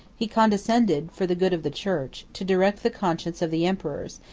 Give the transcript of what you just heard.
he condescended, for the good of the church, to direct the conscience of the emperors,